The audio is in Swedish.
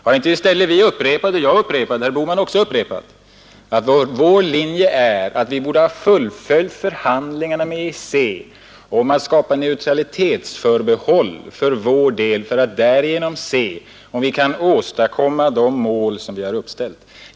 Har inte både herr Bohman och jag upprepat att vår linje är att vi borde ha fullföljt förhandlingarna med EEC om att skapa neutralitetsförbehåll för vår del för att se om vi därigenom kunde uppnå de mål vi uppställt?